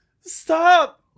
stop